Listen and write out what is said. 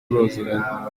muziranye